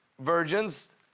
virgins